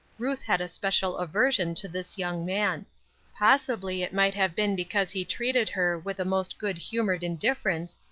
ruth had a special aversion to this young man possibly it might have been because he treated her with the most good-humored indifference,